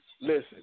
listen